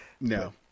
No